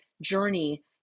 journey